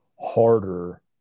harder